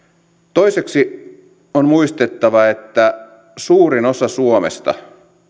toiseksi on muistettava että suurin osa suomesta